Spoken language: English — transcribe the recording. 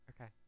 Okay